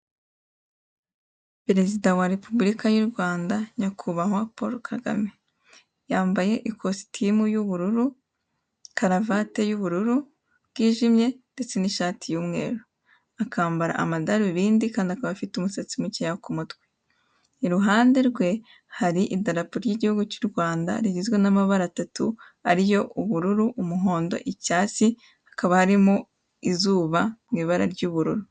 Perezida wa Repubulika y'u Rwanda nyakubahwa Paul Kagame, yambaye ikositimu y'ubururu, karavate y'ubururu bwijimye ndetse n'ishati y'umweru, akambara amadarubindi kandi akaba afite umusatsi mukeya ku mutwe, iruhande rwe hari idarapo ry'Igihugu cy'u Rwanda rigizwe n'amabara atatu akaba ariyo: ubururu, umuhondo, icyatsi, hakaba harimo izuba mu ibara ry'ubururu.